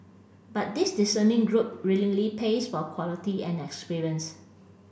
but this discerning group willingly pays for quality and experience